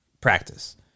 practice